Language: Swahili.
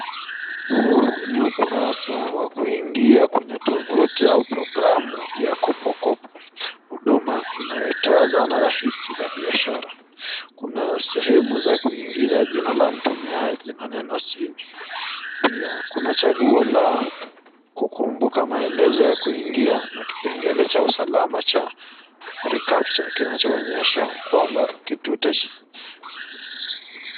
Huu ni ukurasa wa kuingia kwenye tovuti au programu ya Kopokopo, huduma inayotoa zana rahisi za biashara. Kuna sehemu za kuingiza jina la mtumiaji na neno siri. Pia kuna chaguo la kukumbuka maelezo ya kuingia na kipengele cha usalama cha reCAPTCHA kinachoonyesha kwamba kitute.